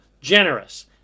generous